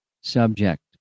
subject